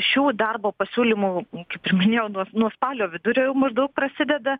ne šių darbo pasiūlymų kaip ir minėjau nuo nuo spalio vidurio jau maždaug prasideda